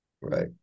Right